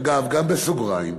אגב, בסוגריים,